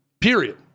period